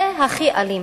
זה הכי אלים